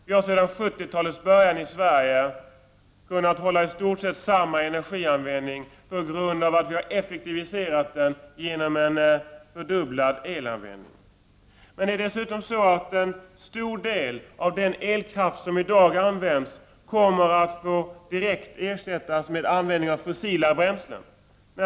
Vi har i Sverige alltsedan 1970-talets början haft i stort sett samma energianvändning på grund av att vi effektiviserat genom en fördubblad elanvändning. En stor del av den elkraft som i dag används kommer att få ersättas med en användning av fossila bränslen.